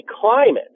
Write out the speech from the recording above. climate